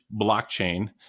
blockchain